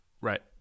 Right